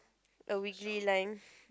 a wiggly line